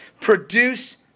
produce